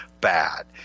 bad